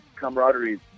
camaraderie